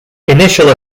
initial